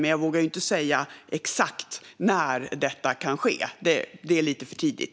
Men jag vågar inte säga exakt när detta kan ske. Det är lite för tidigt.